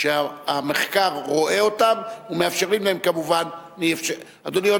שהמחקר רואה אותם ומאפשרים להם כמובן אדוני,